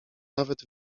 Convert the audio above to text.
nawet